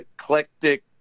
eclectic